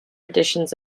editions